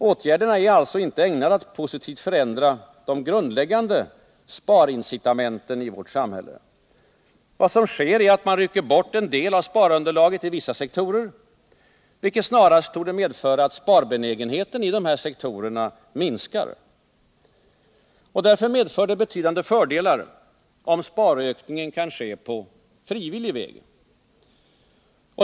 Åtgärderna är alltså inte ägnade att positivt förändra de grundläggande sparineitamenten i vårt samhälle. Vad som sker är att man rycker bort en del av sparunderlaget i vissa sektorer, vilket snarast torde medföra att sparbenägenheten i dessa sektorer minskar. Därför medför det betydande fördelar om sparökningen kan ske på frivillig väg.